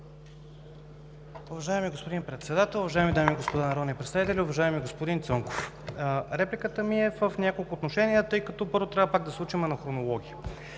Уважаеми господин Председател, уважаеми дами и господа народни представители! Уважаеми господин Цонков, репликата ми е в няколко отношения, тъй като, първо, трябва пак да се учим на хронология.